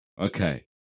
Okay